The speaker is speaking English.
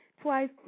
twice